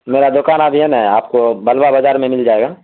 میرا دکان ابھی ہے نہ آپ کو بلوہ بازار میں مل جائے گا